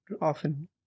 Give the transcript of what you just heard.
often